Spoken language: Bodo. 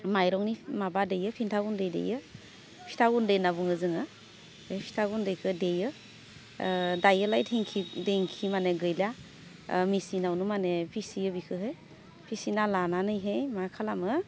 माइरंनि माबा देयो फिथा गुन्दै देयो फिथा गुन्दै होन्ना बुङो जोङो बे फिथा गुन्दैखौ देयो दायोलाय दिंखि माने गैला मिचिनावनो माने फिसियो बिखोहाै फिसिना लानानैहै मा खालामो